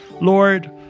Lord